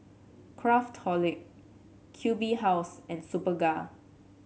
Craftholic Q B House and Superga